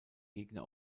gegner